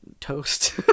toast